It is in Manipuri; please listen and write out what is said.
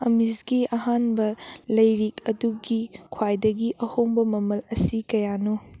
ꯑꯃꯤꯁꯀꯤ ꯑꯍꯥꯟꯕ ꯂꯩꯔꯤꯛ ꯑꯗꯨꯒꯤ ꯈ꯭ꯋꯥꯏꯗꯒꯤ ꯑꯍꯣꯡꯕ ꯃꯃꯜ ꯑꯁꯤ ꯀꯌꯥꯅꯣ